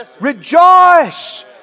Rejoice